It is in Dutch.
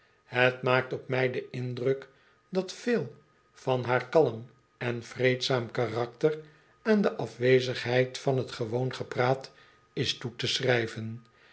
het maakt op mij den indruk dat veel van haar kalm en vreedzaam karakter aan de afwezigheid van t gewoon gepraat is toe te schrijven